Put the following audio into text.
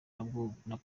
pologne